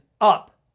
up